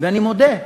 ואני מודה: